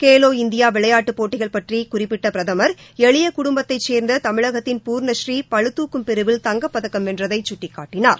Khelo India விளையாட்டுப் போட்டிகள் பற்றி குறிப்பிட்ட பிரதமர் எளிய குடும்பத்தைச் சேர்ந்த தமிழகத்தின் பூர்ணபூர் பளுதாக்கும் பிரிவில் தங்கப்பதக்கம் வென்றதை கட்டிக்காட்டினார்